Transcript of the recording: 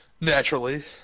Naturally